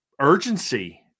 urgency